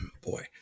boy